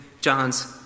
John's